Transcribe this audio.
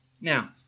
Now